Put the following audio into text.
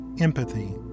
EMPATHY